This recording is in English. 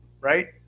right